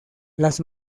las